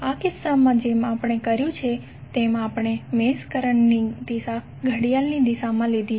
આ કિસ્સામાં જેમ આપણે કર્યું છે તેમ આપણે મેશ કરંટની દિશા ઘડિયાળની દિશામાં લીધી છે